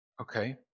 Okay